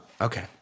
Okay